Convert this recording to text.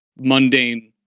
mundane